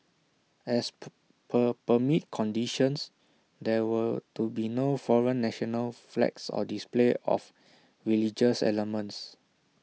as per permit conditions there were to be no foreign national flags or display of religious elements